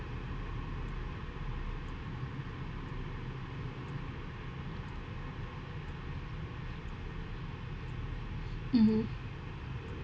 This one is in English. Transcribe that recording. mmhmm